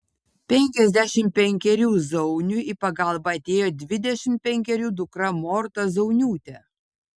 penkiasdešimt penkerių zauniui į pagalbą atėjo dvidešimt penkerių dukra morta zauniūtė